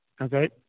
Okay